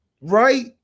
Right